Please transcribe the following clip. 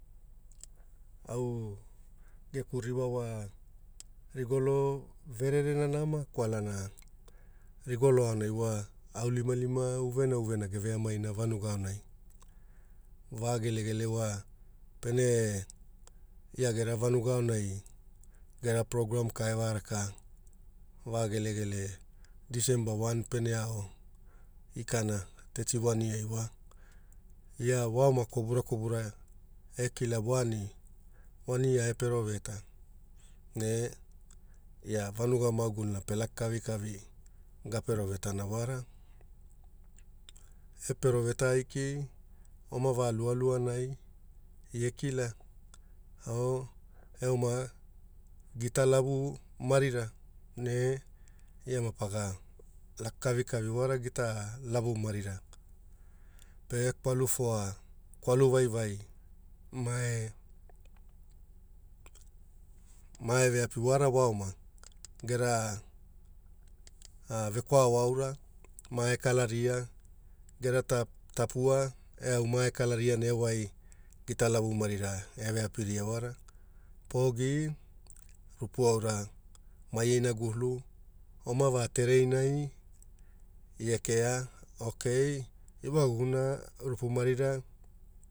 Au geku ririwa wa rigolo vererena nama kwalana rigolo aonai wa aonilimalima uvena geveamaina vanuga aonai va gegele wa, pene ia gere vanuga aonai gera progaram ka geve rakana va gelegele December Wani pene ao ikana Tetiwaniai wa ia waoma kwapura kwapura e kila wani e peroveta ne ia vanuga mamaguluna pelaka kavikavi ga perovetana wara, e peroveta aiki oma va lualuanai ie kila oh eoma gita lavu marira ne ia mapaga laka kavikavi wara gita lavu marira, pe kwaalu foa, kwaalu vaivai mae mae veapi waoma. Gera vekwao aura mae kalaria, gera tapua e au mae kalaria ne e wai gita lavu marira e veapira wara. Pogi, rupu aura mae inagulu oma vaa tereinai ia kea okay ewagumuna rupu marira